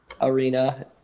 arena